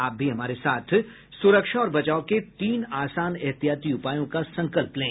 आप भी हमारे साथ सुरक्षा और बचाव के तीन आसान एहतियाती उपायों का संकल्प लें